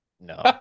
no